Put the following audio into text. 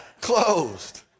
closed